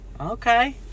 Okay